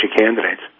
candidates